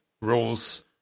rules